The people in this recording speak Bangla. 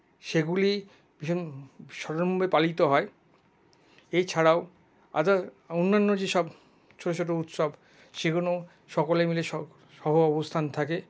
সেগুলি ভীষণ সাড়ম্বরে পালিত হয় এছাড়াও আদার্স অন্যান্য যেসব ছোট ছোট উৎসব সেগুলো সকলে মিলে সহাবস্থান থাকে